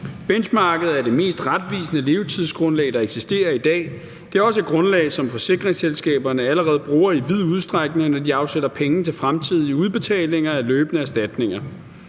Benchmarket er det mest retvisende levetidsgrundlag, der eksisterer i dag. Det er også et grundlag, som forsikringsselskaberne allerede bruger i vid udstrækning, når de afsætter penge til fremtidige udbetalinger af løbende erstatninger.